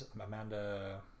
Amanda